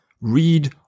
read